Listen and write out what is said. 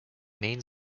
main